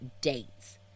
dates